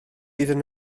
iddyn